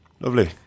Lovely